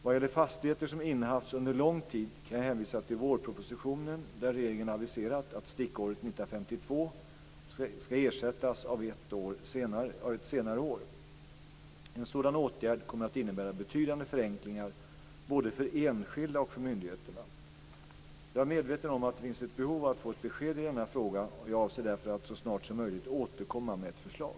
Vad gäller fastigheter som innehafts under lång tid kan jag hänvisa till vårpropositionen där regeringen aviserat att stickåret 1952 skall ersättas av ett senare år. En sådan åtgärd kommer att innebära betydande förenklingar både för enskilda och för myndigheterna. Jag är medveten om att det finns ett behov av att få ett besked i denna fråga, och jag avser därför att så snart som möjligt återkomma med ett förslag.